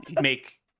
make